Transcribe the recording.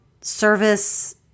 service